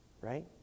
right